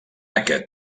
aquest